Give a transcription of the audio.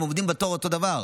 הם עומדים בתור אותו הדבר.